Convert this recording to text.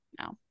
no